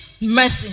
mercy